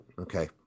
Okay